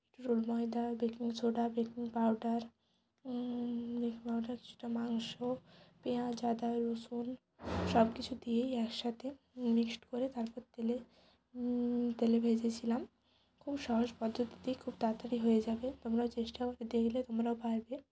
একটু রোল ময়দা baking soda baking powder baking powder কিছুটা মাংস পেঁয়াজ আদা রসুন সব কিছু দিয়েই একসাথে মিক্সড করে তারপর তেলে তেলে ভেজেছিলাম খুব সহজ পদ্ধতিতেই খুব তাড়াতাড়ি হয়ে যাবে তোমরাও চেষ্টা দেখলে মানে পারবে